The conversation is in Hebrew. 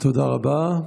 תודה רבה.